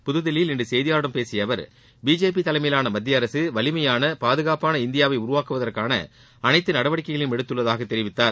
புத்தில்லியில் இன்று செய்தியாளர்களிடம் பேசிய அவர் பிஜேபி தலைமையிலான மத்திய அரசு வலிமையான பாதுகாப்பாள இந்தியாவை உருவாக்குவதற்கான அளைத்து நடவடிக்கைகளையும் எடுத்துள்ளதாக தெரிவித்தார்